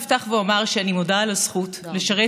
אפתח ואומר שאני מודה על הזכות לשרת